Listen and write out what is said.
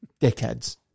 Dickheads